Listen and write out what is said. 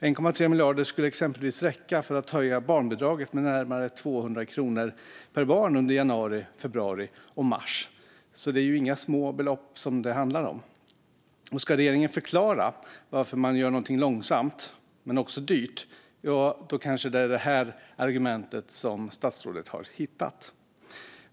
1,3 miljarder skulle exempelvis räcka för att höja barnbidraget med närmare 200 kronor per barn under januari, februari och mars. Det är inga små belopp det handlar om. Ska regeringen förklara varför man gör något långsamt, men också dyrt, kanske det är det här argumentet som statsrådet har hittat.